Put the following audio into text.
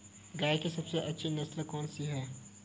गाय की सबसे अच्छी नस्ल कौनसी है?